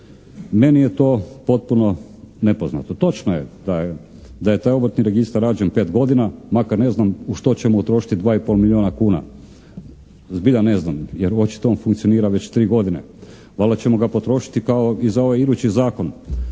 Meni je to potpuno nepoznato. Točno je da je taj obrtni registar rađen pet godina, makar ne znam u što ćemo utrošiti dva i pol milijuna kuna. Zbilja ne znam, jer očito on funkcionira već tri godine. Valjda ćemo ga potrošiti kao i za ovaj idući zakon